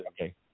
Okay